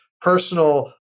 personal